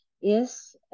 Yes